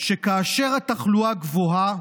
שכאשר התחלואה גבוהה